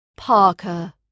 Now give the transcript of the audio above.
Parker